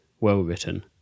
well-written